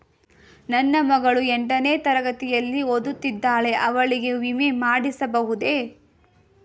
ನನ್ನ ಮಗಳು ಎಂಟನೇ ತರಗತಿಯಲ್ಲಿ ಓದುತ್ತಿದ್ದಾಳೆ ಅವಳಿಗೆ ವಿಮೆ ಮಾಡಿಸಬಹುದೇ?